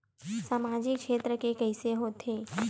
सामजिक क्षेत्र के कइसे होथे?